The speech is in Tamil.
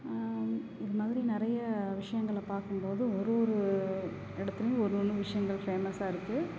இது மாதிரி நிறைய விஷயங்கள பார்க்கும்போது ஒரு ஒரு இடத்துலையும் ஒரு ஒன்று விஷயங்கள் ஃபேமஸ்ஸாக இருக்குது